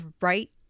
right